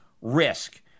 risk